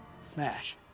smash